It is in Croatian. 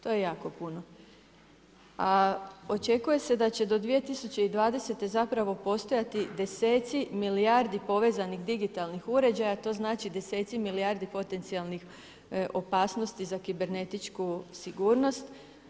To je jako puno, a očekuje se da će 2020. zapravo postojati deseci milijardi povezanih digitalnih uređaja, to znači deseci milijardi potencijalnih opasnosti za kibernetičku sigurnost.